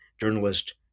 journalist